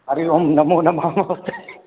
हरिः ओं नमो नमः महोदय